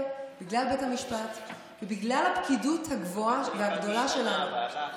בגלל בית המשפט ובגלל הפקידות הגבוהה והגדולה שלנו.